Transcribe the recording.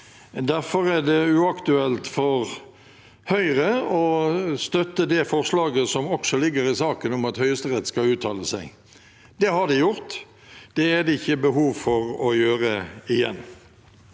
Derfor er det uaktuelt for Høyre å støtte det forslaget som også ligger i saken, om at Høyesterett skal uttale seg. Det har de gjort. Det er det ikke behov for å gjøre igjen.